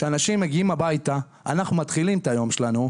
כשאנשים מגיעים הביתה אנחנו מתחילים את היום שלנו.